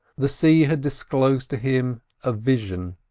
the sea had disclosed to him a vision.